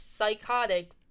psychotic